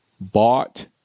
bought